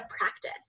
practice